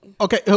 Okay